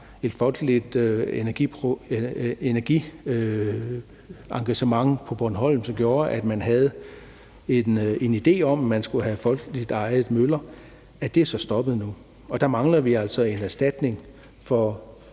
et folkeligt energiengagement på Bornholm, som gjorde, at man havde en idé om, at man skulle have folkeligt ejede møller, er så stoppet nu. Der mangler vi altså en erstatning for